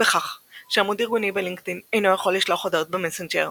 בכך שעמוד ארגוני בלינקדאין אינו יכול לשלוח הודעות במסנג'ר.